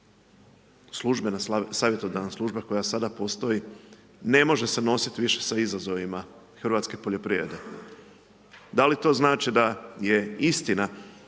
savjetodavna služba koja sada postoji ne može se nositi više sa izazovima hrvatske poljoprivrede? Da li to znači da je istina